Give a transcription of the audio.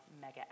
mega